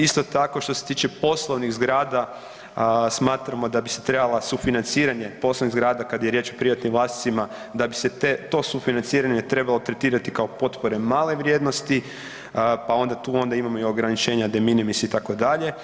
Isto tako što se tiče poslovnih zgrada, smatramo da bi se trebala sufinanciranje poslovnih zgrada kad je riječ o privatnim vlasnicima, da bi se to sufinanciranje trebalo tretirati kao potpore male vrijednosti pa onda tu imamo i ograničenje de minimis itd.